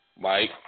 Mike